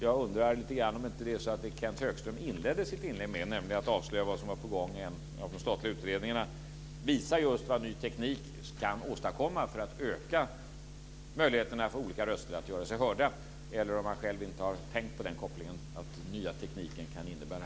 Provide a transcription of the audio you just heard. Jag undrar om inte det som Kenth Högström sade när han inledde sitt anförande, nämligen när han avslöjade vad som var på gång i en av de statliga utredningarna, visar vad ny teknik kan åstadkomma för att öka möjligheterna för olika röster att göra sig hörda. Kanske har han själv inte tänkt på det som den nya tekniken här kan innebära.